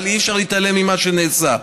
אבל אי-אפשר להתעלם ממה שנעשה.